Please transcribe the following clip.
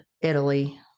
Italy